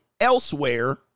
elsewhere